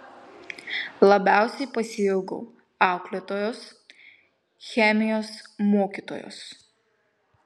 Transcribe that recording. labiausiai pasiilgau auklėtojos chemijos mokytojos